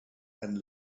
and